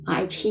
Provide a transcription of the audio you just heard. IP